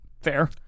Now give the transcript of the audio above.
fair